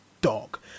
dog